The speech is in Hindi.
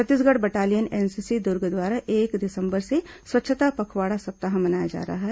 छत्तीसगढ़ बटालियन एनसीसी दुर्ग द्वारा एक दिसंबर से स्वच्छता पखवाड़ा सप्ताह मनाया जा रहा है